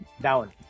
down